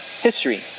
History